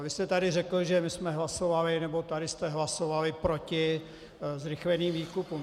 Vy jste tady řekl, že my jsme hlasovali, nebo tady jste hlasovali proti zrychleným výkupům.